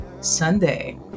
Sunday